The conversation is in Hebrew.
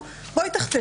הוא: בואי ותחתמי.